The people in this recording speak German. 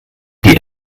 die